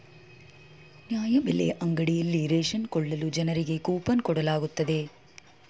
ನ್ಯಾಯಬೆಲೆ ಅಂಗಡಿಯಲ್ಲಿ ರೇಷನ್ ಕೊಳ್ಳಲು ಜನರಿಗೆ ಕೋಪನ್ ಕೊಡಲಾಗುತ್ತದೆ